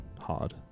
hard